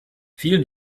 vielen